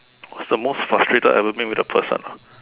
what's the most frustrated I've ever been with a person ah